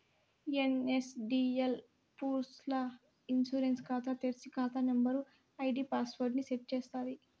NSDL పూర్స్ ల్ల ఇ ఇన్సూరెన్స్ కాతా తెర్సి, కాతా నంబరు, ఐడీ పాస్వర్డ్ ని సెట్ చేస్తాది